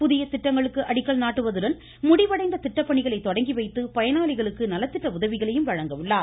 புதிய திட்டங்களுக்கு அடிக்கல் நாட்டுவதுடன் முடிவடைந்த திட்டப்பணிகளை தொடங்கிவைத்து பயனாளிகளுக்கு நல திட்ட உதவிகளையும் வழங்க உள்ளார்